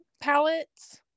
palettes